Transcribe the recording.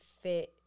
fit